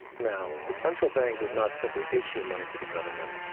now, the central bank does not simply issue money to the government,